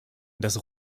das